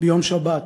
ביום שבת,